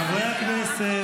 הכול פיקס.